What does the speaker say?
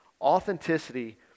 Authenticity